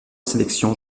sélection